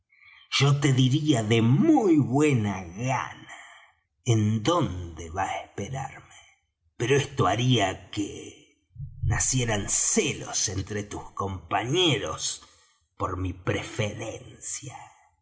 yo te diría de muy buena gana en dónde va á esperarme pero esto haría que nacieran celos entre tus compañeros por mi preferencia